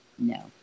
No